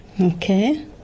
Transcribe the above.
Okay